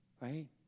Right